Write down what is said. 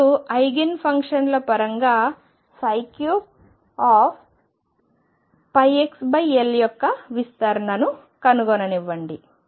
ఇప్పుడు ఐగెన్ ఫంక్షన్ల పరంగా 3 πxL యొక్క విస్తరణను కనుగొననివ్వండి